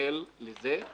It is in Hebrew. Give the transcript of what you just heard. להתרגל לזה,